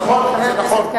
זה נכון.